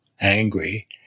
angry